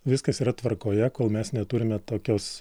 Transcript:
viskas yra tvarkoje kol mes neturime tokios